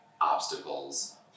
obstacles